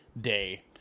day